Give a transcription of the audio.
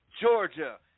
Georgia